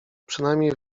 przynajmniej